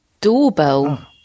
doorbell